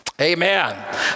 Amen